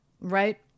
right